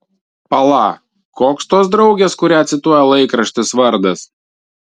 pala koks tos draugės kurią cituoja laikraštis vardas